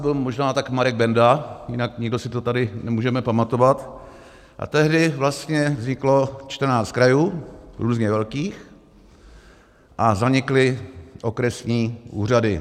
Z nás tu byl možná tak Marek Benda, jinak nikdo si to tady nemůžeme pamatovat, a tehdy vlastně vzniklo 14 krajů, různě velkých, a zanikly okresní úřady.